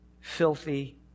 filthy